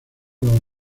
los